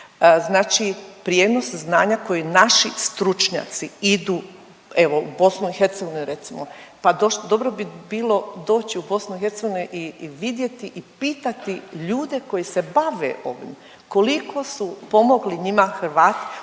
znači prijenos znanja koji naši stručnjaci idu evo u BiH recimo, pa dobro bi bilo doći u BiH i vidjeti i pitati ljude koji se bave ovim koliko su pomogli njima Hrvati